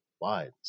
wines